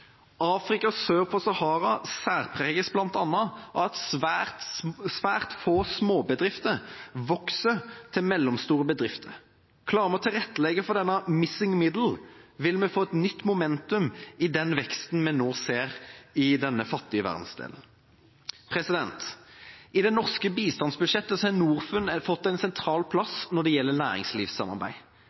Afrika sør for Sahara særpreges bl.a. av at svært få småbedrifter vokser til mellomstore bedrifter. Klarer vi å tilrettelegge for denne «missing middle», vil vi få vi et nytt momentum i den veksten vi nå ser i denne fattige verdensdelen. I det norske bistandsbudsjettet har Norfund fått en sentral plass når det gjelder næringslivssamarbeid.